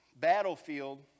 battlefield